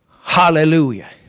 Hallelujah